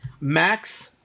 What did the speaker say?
Max